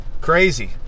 crazy